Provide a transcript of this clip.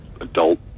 Adult